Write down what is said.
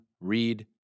read